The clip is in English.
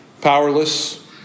Powerless